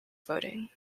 voting